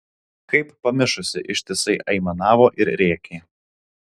kaip pamišusi ištisai aimanavo ir rėkė